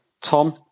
Tom